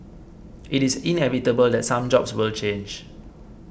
it is inevitable that some jobs will change